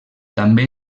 també